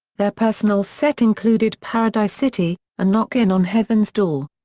their personal set included paradise city and knockin' on heaven's door.